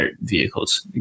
vehicles